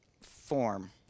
form